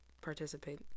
participate